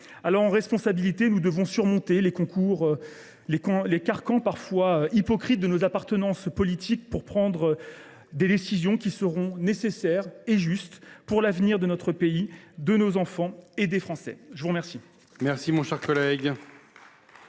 santé. En responsabilité, nous devons surmonter les carcans parfois hypocrites de nos appartenances politiques, pour prendre les décisions nécessaires et justes pour l’avenir de notre pays, de nos enfants et des Français. La parole